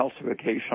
calcification